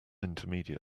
intermediate